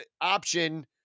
option